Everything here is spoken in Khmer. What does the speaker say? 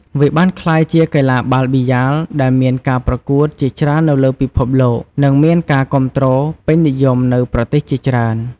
វាបានក្លាយជាកីឡាបាល់ប៊ីយ៉ាលដែលមានការប្រកួតជាច្រើននៅលើពិភពលោក និងមានការគាំទ្រពេញនិយមនៅប្រទេសជាច្រើន។